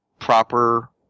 proper